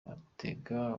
atega